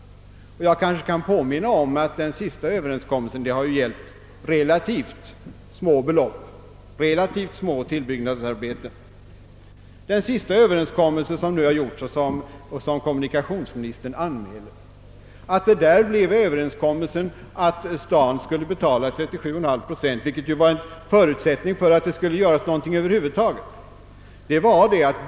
Jag kan kanske få påminna om att dessa överenskommelser har gällt relativt små belopp. Att det i den sista överenskommelsen blev 37,5 procent var en förutsättning för att det skulle göras någonting över huvud taget.